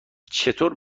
چطور